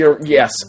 yes